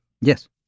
Yes